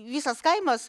visas kaimas